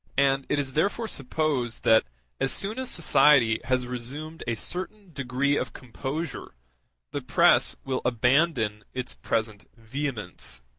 and it is therefore supposed that as soon as society has resumed a certain degree of composure the press will abandon its present vehemence.